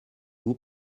vous